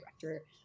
director